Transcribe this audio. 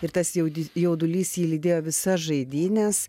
ir tas jaudi jaudulys jį lydėjo visas žaidynes